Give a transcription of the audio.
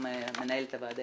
גם מנהלת הוועדה,